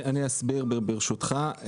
אני אסביר ברשותך,